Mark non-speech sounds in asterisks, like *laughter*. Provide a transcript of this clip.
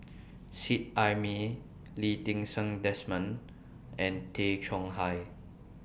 *noise* Seet Ai Mee Lee Ti Seng Desmond and Tay Chong Hai